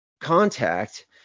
contact